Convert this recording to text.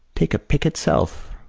take a pick itself,